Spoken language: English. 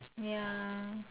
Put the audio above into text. ya